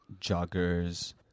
Joggers